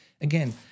again